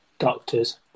doctors